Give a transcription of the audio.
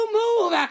move